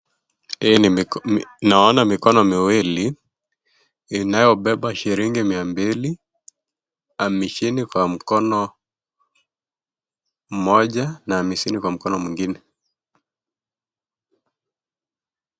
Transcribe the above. Hii ni naona mikono miwili inayobeba shilingi mia mbili, hamsini kwa mikono mmoja na hamsini kwa mkono mwingine.